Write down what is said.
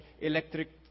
electric